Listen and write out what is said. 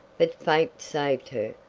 but fate saved her,